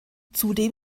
zudem